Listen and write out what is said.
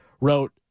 wrote